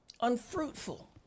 unfruitful